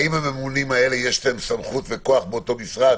האם לממונים האלה יש סמכות וכוח באותו משרד